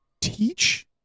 teach